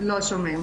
הבטחת וקיימת.